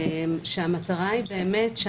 אני חושבת שלסוגיה הזאת יש עוד פן,